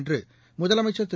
என்று முதலமைச்சர் திரு